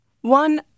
one